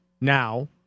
now